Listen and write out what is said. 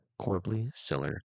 Corbley-Siller